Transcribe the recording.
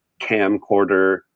camcorder